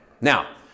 Now